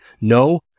No